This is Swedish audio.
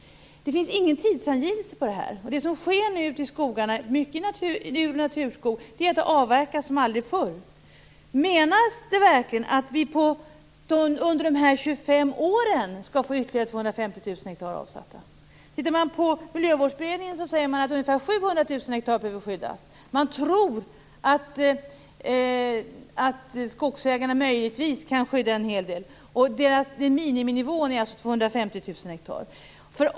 Det finns ingen tidsangivelse för det här. Vad som nu händer med mycket ur och naturskog är att det avverkas som aldrig förr. Menar man verkligen att vi under de här 25 åren skall få ytterligare 250 000 hektar avsatta? Miljövårdsberedningen säger att ungefär 700 000 hektar behöver skyddas. Man tror att skogsägarna möjligtvis kan skydda en del. Miniminivån är alltså 250 000 hektar.